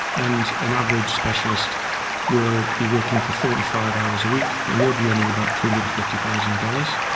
and an average specialist will be working for forty five hours a week, and they'll be earning about three hundred and fifty thousand dollars.